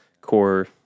core